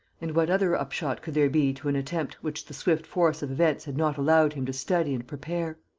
and what other upshot could there be to an attempt which the swift force of events had not allowed him to study and prepare?